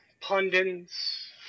pundits